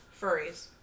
Furries